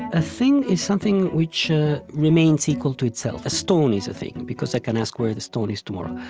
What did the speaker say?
a thing is something which remains equal to itself. a stone is a thing because i can ask where the stone is tomorrow,